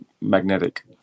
magnetic